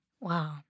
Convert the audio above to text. Wow